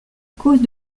cause